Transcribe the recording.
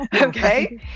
Okay